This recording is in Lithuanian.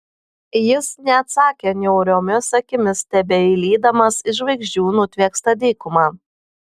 jis neatsakė niauriomis akimis stebeilydamas į žvaigždžių nutviekstą dykumą